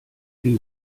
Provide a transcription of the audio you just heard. wie